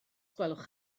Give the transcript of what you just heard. gwelwch